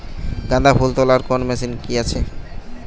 গাঁদাফুল তোলার কোন মেশিন কি আছে?